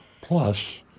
plus